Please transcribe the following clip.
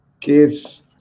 kids